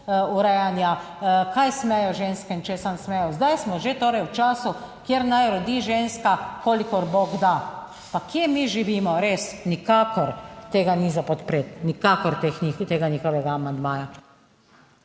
urejanja, kaj smejo ženske in česa ne smejo? Zdaj smo že torej v času, kjer naj rodi ženska, kolikor bog da. Pa kje mi živimo? Res, nikakor tega ni za podpreti, nikakor ni tega njihovega amandmaja.